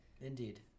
indeed